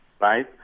right